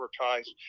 advertised